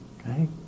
okay